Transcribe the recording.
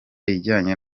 ijyanye